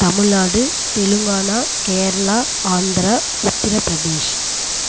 Tamil Nadu Telangana Kerala Andhra Uttar Pradesh